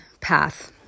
path